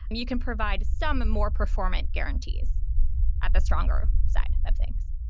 you can provide some more performant guarantees at the stronger side of things.